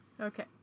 Okay